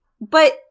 But-